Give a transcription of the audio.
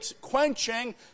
quenching